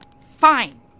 Fine